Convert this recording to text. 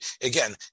again